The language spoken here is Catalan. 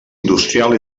industrial